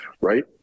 right